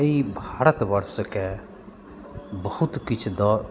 अइ भारतवर्षके बहुत किछु दऽ